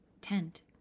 tent